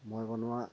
মই বনোৱা